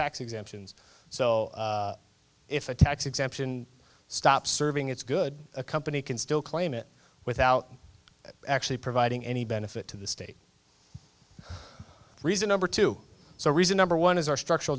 tax exemptions so if a tax exemption stop serving it's good a company can still claim it without actually providing any benefit to the state reason number two so reason number one is our structural